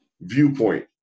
viewpoint